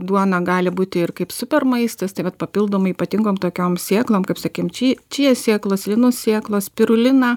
duona gali būti ir kaip supermaistas taip vat papildomai ypatingom tokiom sėklom kaip sakim či čia sėklos lino sėklos spirulina